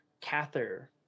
Cather